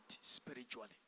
spiritually